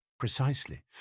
Precisely